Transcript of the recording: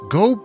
go